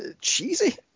cheesy